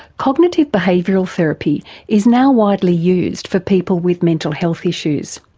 cognitive behavioural therapy is now widely used for people with mental health issues.